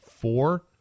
four